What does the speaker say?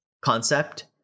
concept